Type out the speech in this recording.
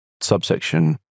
subsection